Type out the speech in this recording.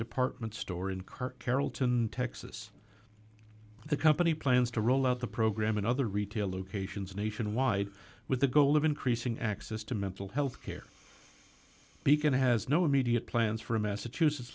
carrollton texas the company plans to roll out the program and other retail locations nationwide with the goal of increasing access to mental health care beacon has no immediate plans for a massachusetts